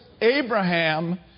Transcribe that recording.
Abraham